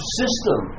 system